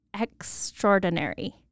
extraordinary